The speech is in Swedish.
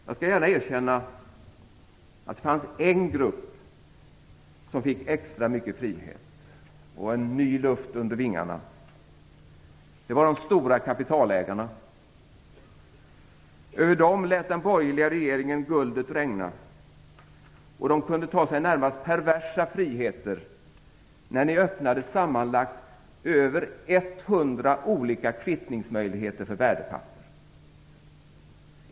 Jag skall gärna erkänna att det fanns en grupp som fick extra mycket frihet och ny luft under vingarna. Det var de stora kapitalägarna. Den borgerliga regeringen lät guldet regna över dem. De kunde ta sig närmast perversa friheter när ni öppnade sammanlagt över 100 olika kvittningsmöjligheter för värdepapper.